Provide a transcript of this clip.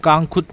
ꯀꯥꯡꯈꯨꯠ